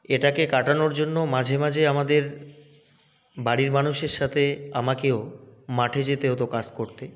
এটাকে কাটানোর জন্য মাঝে মাঝে আমাদের বাড়ির মানুষের সাথে আমাকেও মাঠে যেতে হতো কাজ করতে